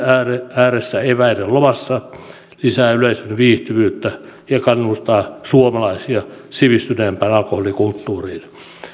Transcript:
ääressä eväiden lomassa lisää yleisön viihtyvyyttä ja kannustaa suomalaisia sivistyneempään alkoholikulttuuriin